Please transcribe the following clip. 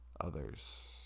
others